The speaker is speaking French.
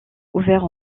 ouverts